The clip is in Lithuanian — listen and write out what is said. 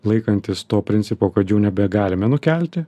laikantis to principo kad jau nebegalime nukelti